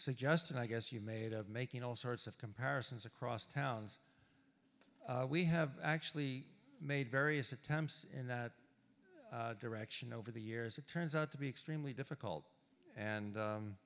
suggestion i guess you made of making all sorts of comparisons across towns we have actually made various attempts in that direction over the years it turns out to be extremely difficult and